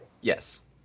yes